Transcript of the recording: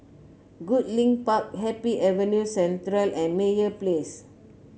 Goodlink Park Happy Avenue Central and Meyer Place